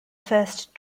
first